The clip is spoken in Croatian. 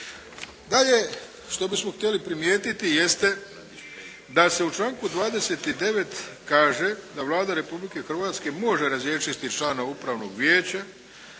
Dalje što bismo htjeli primijetiti jeste da se u članku 29. kaže da Vlada Republike Hrvatske može razriješiti člana upravnog vijeća